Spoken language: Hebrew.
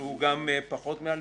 על מה הוא לא יגן?